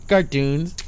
Cartoons